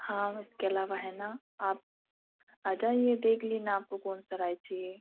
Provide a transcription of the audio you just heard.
हाँ उसके अलावा है न आप आ जाइए देख लेना आपको कौन सा राइस चाहिए